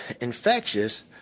infectious